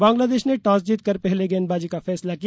बांग्लादेश ने टॉस जीतकर पहले गेंदबाजी का फैसला किया